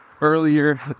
earlier